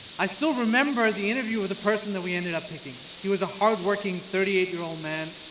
i still remember the interview with the person that we ended up picking. he was a hardworking thirty eight year old man,